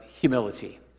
humility